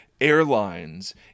airlines